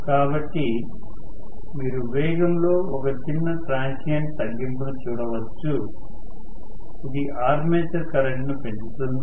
కాబట్టి మీరు వేగంలో ఒక చిన్న ట్రాన్సియెంట్ తగ్గింపును చూడవచ్చు ఇది ఆర్మేచర్ కరెంట్ ను పెంచుతుంది